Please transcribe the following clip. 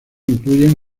incluyen